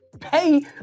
pay